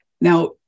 Now